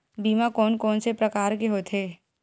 बीमा कोन कोन से प्रकार के होथे?